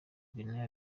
guinea